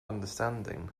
understanding